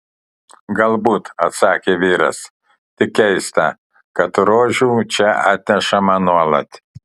galbūt atsakė vyras tik keista kad rožių čia atnešama nuolat